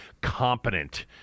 competent